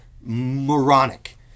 moronic